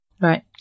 right